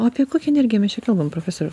o apie kokią energiją mes čia kalbam profesoriau